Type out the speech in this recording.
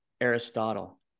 Aristotle